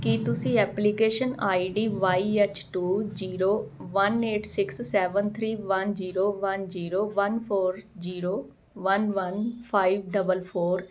ਕੀ ਤੁਸੀਂ application I D Y H two zero one eight six seven three one zero one zero one four zero one one five double four